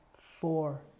four